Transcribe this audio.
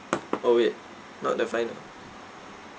oh wait not the final